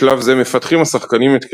בשלב זה מפתחים השחקנים את כליהם,